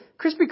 Krispy